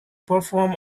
perform